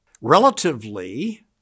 Relatively